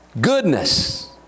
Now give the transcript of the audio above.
Goodness